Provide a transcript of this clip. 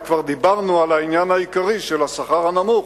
וכבר דיברנו על העניין העיקרי של השכר הנמוך,